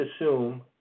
assume